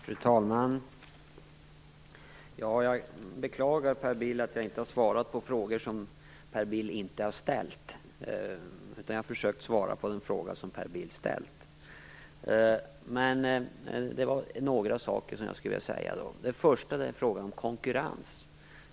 Fru talman! Jag beklagar att jag inte har svarat på frågor som Per Bill inte har ställt. Jag har däremot försökt svara på den fråga han har ställt. Jag vill kommentera några saker. Den första är frågan om konkurrens.